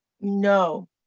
No